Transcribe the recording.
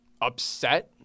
upset